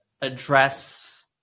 address